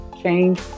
Change